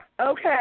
Okay